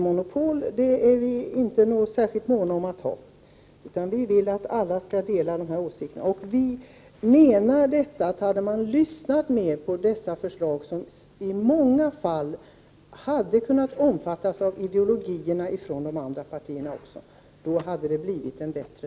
Monopol är vi alltså inte särskilt måna om att ha. Vi vill att alla skall dela våra uppfattningar. Hade man lyssnat mer på våra förslag, som i många fall hade kunnat omfattas också av de andra partiernas ideologier hade lagen blivit bättre.